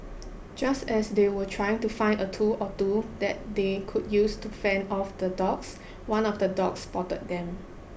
just as they were trying to find a tool or two that they could use to fend off the dogs one of the dogs spotted them